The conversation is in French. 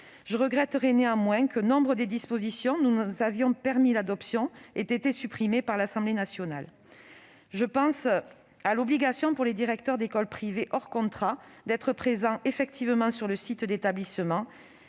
Je regretterai néanmoins que nombre des dispositions dont nous avions permis l'adoption aient été supprimées par l'Assemblée nationale. Je pense à l'obligation pour les directeurs d'écoles privées hors contrat d'être présents effectivement sur le site de l'établissement